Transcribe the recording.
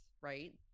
right